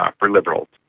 um for liberals.